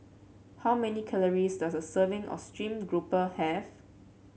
how many calories does a serving of stream grouper have